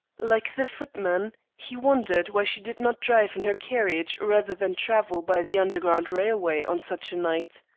like the footman, he wondered why she did not drive in her carriage rather than travel by the underground railway on such a night.